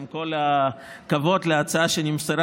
עם כל הכבוד להצעה שנמסרה,